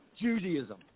Judaism